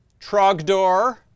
Trogdor